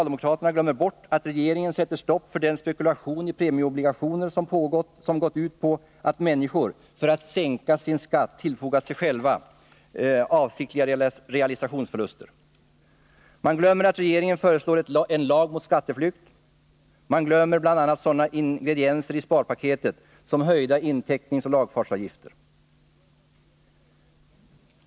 De glömmer bort att regeringen sätter stopp för den spekulation i premieobligationer som gått ut på att människor för att sänka sin skatt tillfogat sig själva avsiktliga realisationsförluster. De glömmer att regeringen föreslår en lag mot skatteflykt. De glömmer bl.a. sådana ingredienser i sparpaketet som höjda inteckningsoch lagfartsavgifter.